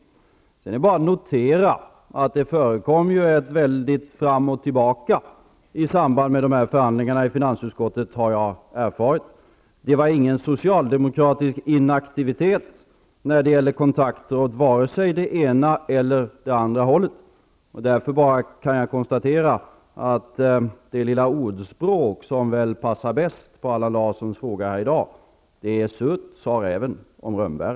Sedan är det bara notera att det var väldigt mycket fram och tillbaka i samband med förhandlingarna i finansutskottet, har jag erfarit. Det var ingen socialdemokratisk inaktivitet i fråga om kontakter åt vare sig det ena eller det andra hållet. Därför kan jag konstatera att det lilla ordspråk som väl passar bäst som svar på Allan Larssons fråga här i dag är: